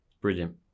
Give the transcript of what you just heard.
Brilliant